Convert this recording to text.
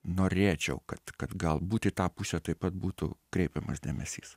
norėčiau kad kad galbūt į tą pusę taip pat būtų kreipiamas dėmesys